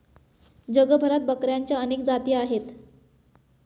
जगभरात बकऱ्यांच्या अनेक जाती आहेत